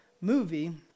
movie